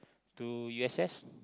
to u_s_s